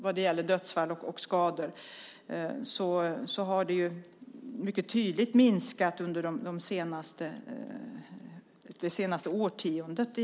Antalet dödsfall och skador har ju mycket tydligt minskat under det senaste årtiondet.